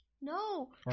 No